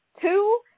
Two